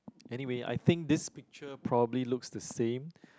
anyway I think this picture probably looks the same